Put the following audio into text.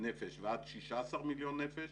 נפש ועד 16 מיליון נפש